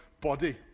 body